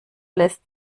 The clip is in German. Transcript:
lässt